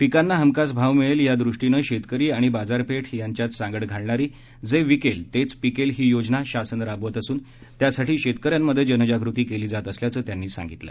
पिकांना हमखास भाव मिळेल या दृष्टीनं शेतकरी आणि बाजारपेठ यांच्यात सांगड घालणारी जे विकेल तेच पिकेल ही योजना शासन राबवीत असून त्यासाठी शेतकऱ्यांमध्ये जनजागृती केली जात असल्याचं त्यांनी सांगितलं